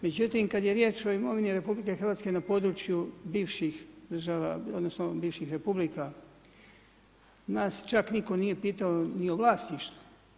Međutim, kada je riječ o imovini RH na području bivših država, odnosno bivših republika, nas čak nitko nije pitao ni o vlasništvu.